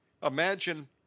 Imagine